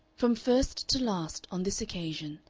from first to last, on this occasion,